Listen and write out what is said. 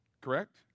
correct